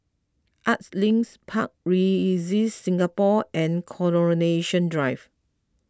Arts Links Park Regis Singapore and Coronation Drive